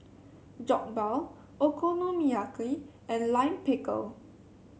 Jokbal Okonomiyaki and Lime Pickle